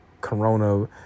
Corona